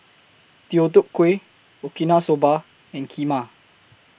Deodeok Gui Okinawa Soba and Kheema